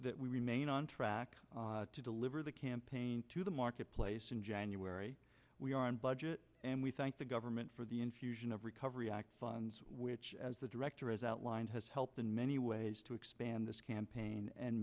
that we remain on track to deliver the campaign to the marketplace in january we are in budget and we thank the government for the infusion of recovery act funds which as the director is outlined has helped in many ways to expand this campaign and